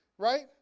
Right